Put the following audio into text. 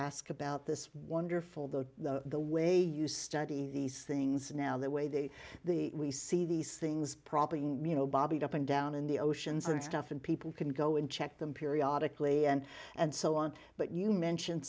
ask about this wonderful the the way you study these things now the way the we see these things probably you know bobbing up and down in the oceans and stuff and people can go and check them periodically and and so on but you mentioned